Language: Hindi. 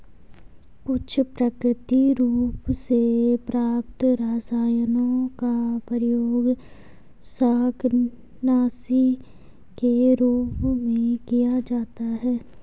कुछ प्राकृतिक रूप से प्राप्त रसायनों का प्रयोग शाकनाशी के रूप में किया जाता है